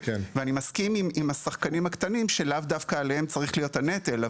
ואני מסכים עם השחקנים הקטנים שלאו דווקא עליהם צריך להיות הנטל.